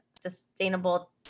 sustainable